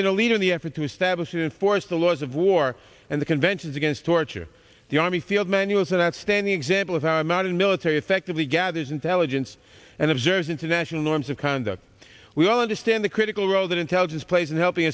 been a leader in the effort to establish an enforced the laws of war and the conventions against torture the army field manual so that standing example of our modern military effectively gathers intelligence and observes international norms of conduct we all understand the critical role that intelligence plays in helping